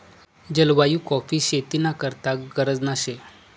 जलवायु काॅफी शेती ना करता गरजना शे